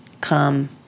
come